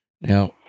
Now